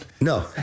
No